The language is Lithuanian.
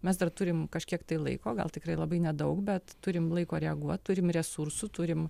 mes dar turim kažkiek laiko gal tikrai labai nedaug bet turim laiko reaguot turim resursų turim